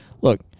look